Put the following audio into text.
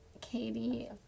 Katie